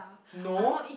no